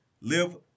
live